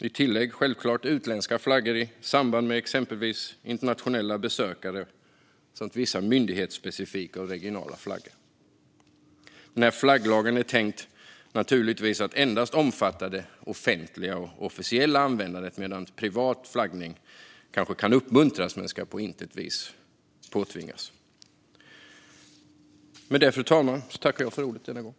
I tillägg rör det sig självklart också om utländska flaggor i samband med exempelvis internationella besök samt vissa myndighetsspecifika och regionala flaggor. Flagglagen är naturligtvis tänkt att endast omfatta det offentliga och officiella användandet, medan privat flaggning kanske kan uppmuntras men på intet sätt ska påtvingas.